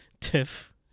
Tiff